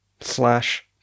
slash